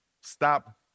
Stop